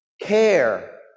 care